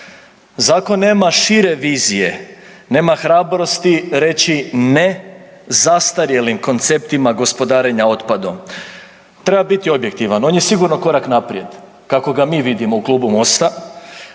Zakon nema šire vizije, nema hrabrosti reći ne zastarjelim konceptima gospodarenja otpadom. Treba biti objektivan, on je sigurno korak naprijed kako ga mi vidimo u klubu Mosta,